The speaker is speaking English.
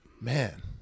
man